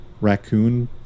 raccoon